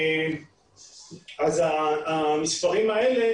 המספרים האלה,